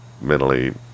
mentally